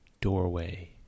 doorway